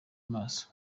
amaso